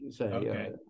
Okay